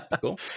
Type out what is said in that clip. cool